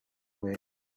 way